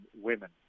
women